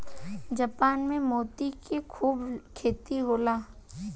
Japan में मोती के खूब खेती होला